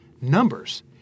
numbers